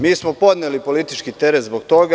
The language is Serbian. Mi smo podneli politički teret zbog toga.